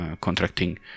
contracting